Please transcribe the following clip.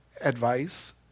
advice